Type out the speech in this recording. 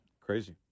Crazy